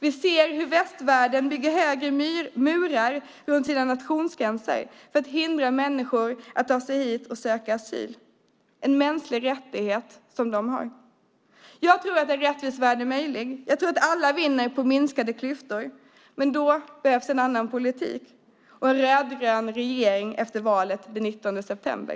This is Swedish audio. Vi ser hur västvärlden bygger högre murar runt sina nationsgränser för att hindra människor från att ta sig hit och söka asyl, en mänsklig rättighet som de har. Jag tror att en rättvis värld är möjlig. Jag tror att alla vinner på minskade klyftor. Men då behövs en annan politik och en rödgrön regering efter valet den 19 september.